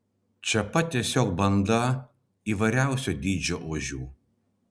čia pat tiesiog banda įvairiausių dydžių ožių